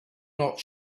not